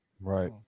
Right